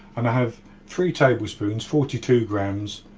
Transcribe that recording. and i have three tablespoons, forty two grams,